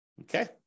Okay